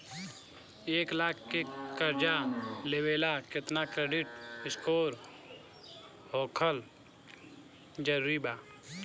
एक लाख के कर्जा लेवेला केतना क्रेडिट स्कोर होखल् जरूरी बा?